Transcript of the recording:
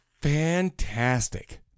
fantastic